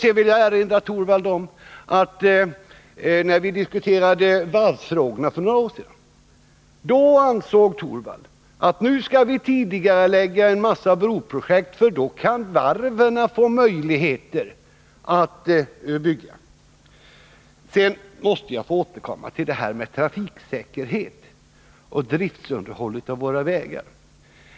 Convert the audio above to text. Sedan vill jag erinra herr Torwald om att när vi diskuterade varvsfrågorna för några år sedan, så ansåg herr Torwald att vi skulle tidigarelägga en massa broprojekt, eftersom varven då skulle få möjligheter att bygga. Sedan måste jag få återkomma till det här med trafiksäkerheten och driftunderhållet av våra vägar.